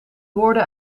woorden